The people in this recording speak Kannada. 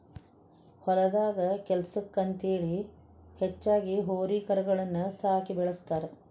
ಹೊಲದಾಗ ಕೆಲ್ಸಕ್ಕ ಅಂತೇಳಿ ಹೆಚ್ಚಾಗಿ ಹೋರಿ ಕರಗಳನ್ನ ಸಾಕಿ ಬೆಳಸ್ತಾರ